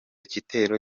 gitero